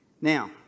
Now